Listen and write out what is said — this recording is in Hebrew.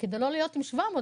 כדי לא להיות עם 700,